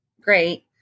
great